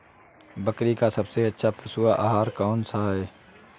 बकरी का सबसे अच्छा पशु आहार कौन सा है?